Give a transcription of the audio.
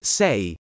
sei